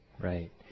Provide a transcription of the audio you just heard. Right